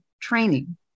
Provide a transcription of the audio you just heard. training